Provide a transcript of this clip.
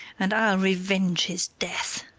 and i'll revenge his death.